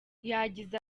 yagize